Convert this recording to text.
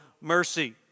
mercy